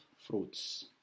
fruits